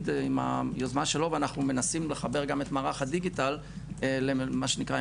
עם היוזמה שלו ואנחנו מנסים לחבר גם את מערך הדיגיטל למה שנקרא,